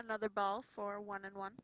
another ball for one and one